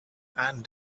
and